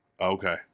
Okay